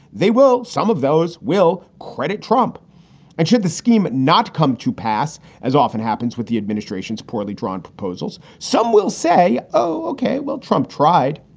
they will some of those will credit trump and should the scheme not come to pass, as often happens with the administration's poorly drawn proposals, some will say, oh, ok, well, trump tried.